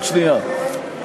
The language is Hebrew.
רק שנייה.